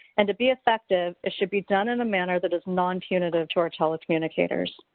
and to be effective it should be done in a manner that is nonpunitive to our telecommunicators.